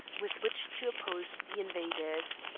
with which to oppose the invaders.